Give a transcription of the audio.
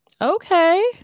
Okay